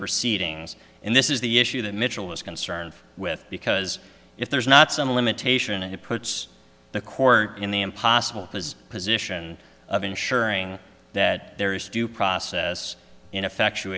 proceedings in this is the issue that mitchell is concerned with because if there's not some limitation and it puts the corner in the impossible because position of ensuring that there is due process in effectua